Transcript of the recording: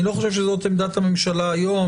אני לא חושב שזאת עמדת הממשלה היום,